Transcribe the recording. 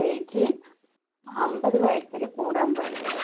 age അൻപത് വയസിൽ കൂടാൻ പാടില്ല